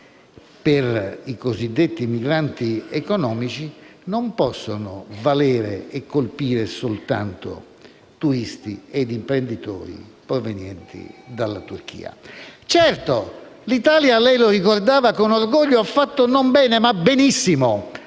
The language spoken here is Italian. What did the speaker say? per i cosiddetti migranti economici, non possono valere e colpire soltanto turisti ed imprenditori provenienti dalla Turchia. Certo l'Italia - come lei ricordava con orgoglio - ha fatto non bene, ma benissimo